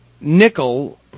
nickel